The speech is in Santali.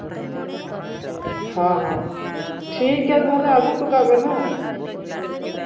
ᱦᱮᱸ ᱦᱮᱸ ᱴᱷᱤᱠᱜᱮᱭᱟ ᱛᱟᱦᱚᱞᱮ ᱟ ᱜᱩ ᱦᱚᱴᱚ ᱠᱟᱜ ᱵᱮᱱ ᱦᱮᱸ